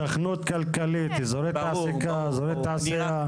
היתכנות כלכלית, אזורי תעסוקה ותעשייה.